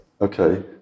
Okay